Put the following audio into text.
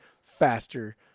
faster